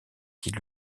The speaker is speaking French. qu’il